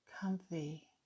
Comfy